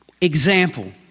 example